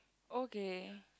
okay